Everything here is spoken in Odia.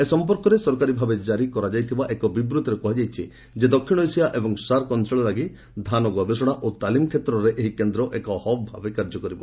ଏ ସମ୍ପର୍କରେ ସରକାରୀ ଭାବେ ଜାରି କରାଯାଇଥିବା ଏକ ବିବୃତ୍ତିରେ କୁହାଯାଇଛି ଯେ ଦକ୍ଷିଣ ଏସିଆ ଏବଂ ସାର୍କ ଅଞ୍ଚଳ ଲାଗି ଧାନ ଗବେଷଣା ଓ ତାଲିମ୍ କ୍ଷେତ୍ରରେ ଏହି କେନ୍ଦ୍ର ଏକ ହବ୍ ଭାବେ କାର୍ଯ୍ୟ କରିବ